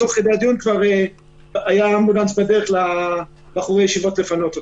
כבר היה אמבולנס בדרך לבחורי ישיבות לפנות אותם.